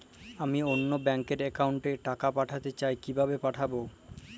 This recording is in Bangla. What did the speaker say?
আমি অন্য ব্যাংক র অ্যাকাউন্ট এ টাকা পাঠাতে চাই কিভাবে পাঠাবো?